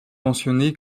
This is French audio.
mentionné